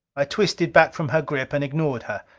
i twisted back from her grip and ignored her.